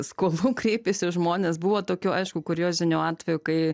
skolų kreipiasi žmonės buvo tokių aišku kuriozinių atvejų kai